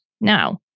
Now